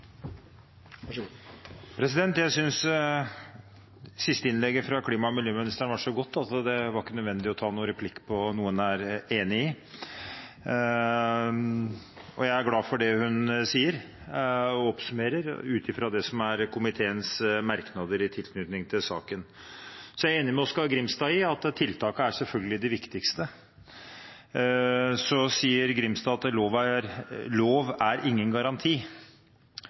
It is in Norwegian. var godt, og det er ikke nødvendig å ta replikk på noe en er enig i. Jeg er glad for det hun sier og oppsummerer ut fra det som er komiteens merknader i tilknytning til saken. Jeg er enig med Oskar J. Grimstad i at tiltakene selvfølgelig er det viktigste. Så sier Grimstad at lov er ingen garanti.